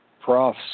prof